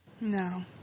No